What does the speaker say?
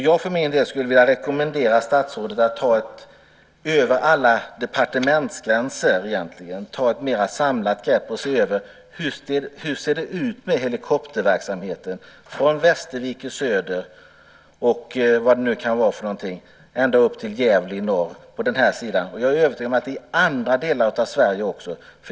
Jag för min del skulle vilja rekommendera statsrådet att över alla departementsgränser ta ett mera samlat grepp och se efter hur det ser ut med helikopterverksamheten från Västervik i söder ända upp till Gävle i norr på den här sidan. Jag är övertygad om att det gäller andra delar av Sverige också.